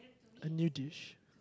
a new dish